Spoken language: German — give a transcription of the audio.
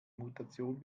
mutation